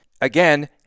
Again